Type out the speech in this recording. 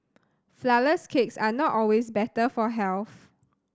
flourless cakes are not always better for health